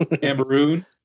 Cameroon